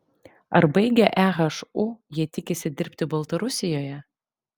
ar baigę ehu jie tikisi dirbti baltarusijoje